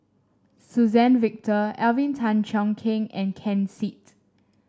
Suzann Victor Alvin Tan Cheong Kheng and Ken Seet